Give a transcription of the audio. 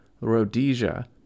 Rhodesia